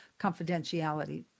confidentiality